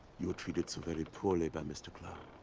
you were treated so very poorly by mr. clowe.